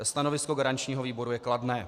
Stanovisko garančního výboru je kladné.